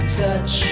touch